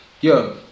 yo